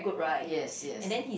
yes yes